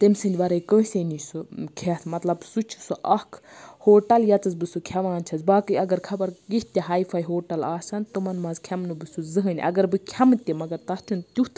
تٔمۍ سٕنٛدِ وَرٲے کٲنٛسے نِش سُہ یہِ کھیٚتھ مَطلَب سُہ چھُ سُہ اکھ ہوٹَل ییٚتَس بہٕ سُہ کھیٚوان چھَس باقٕے اَگَر خَبَر کِتھۍ تہِ ہاے فاے ہوٹَل آسَن تِمَن مَنٛز کھیٚمہٕ نہٕ بہٕ سُہ زٕنٛہٕے اَگَر بہٕ کھیٚمہٕ تہٕ مَگَر تَتھٕ تیُتھ